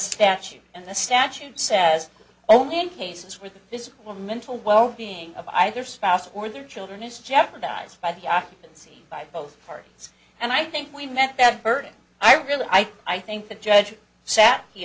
statute and the statute says only in cases where this one mental wellbeing of either spouse or their children is jeopardized by the occupancy by both parties and i think we met that burden i really i i think the judge sat he